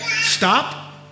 Stop